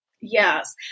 Yes